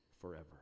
forever